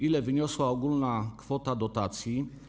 Ile wyniosła ogólna kwota dotacji?